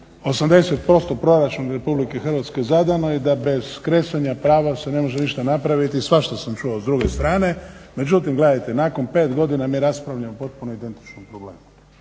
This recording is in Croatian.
80% Proračun RH zadano i da bez kresanja prava se ne može ništa napraviti svašta sam čuo s druge strane. Međutim, gledajte nakon 5 godina mi raspravljamo o potpuno identičnom problemu.